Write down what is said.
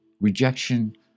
rejection